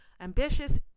ambitious